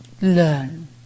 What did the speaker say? learn